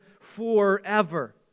forever